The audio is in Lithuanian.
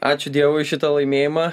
ačiū dievui šitą laimėjimą